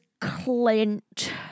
Clint